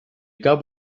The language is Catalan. cap